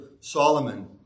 Solomon